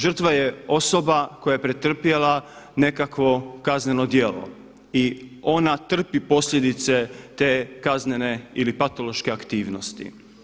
Žrtva je osoba koja je pretrpjela nekakvo kazneno djelo i ona trpi posljedice te kaznene ili patološke aktivnosti.